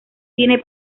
tiene